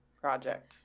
project